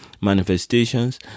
manifestations